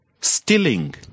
stealing